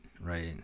right